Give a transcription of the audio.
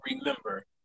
remember